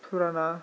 फुराना